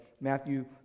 Matthew